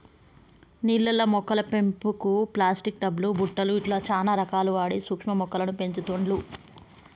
నీళ్లల్ల మొక్కల పెంపుకు ప్లాస్టిక్ టబ్ లు బుట్టలు ఇట్లా చానా రకాలు వాడి సూక్ష్మ మొక్కలను పెంచుతుండ్లు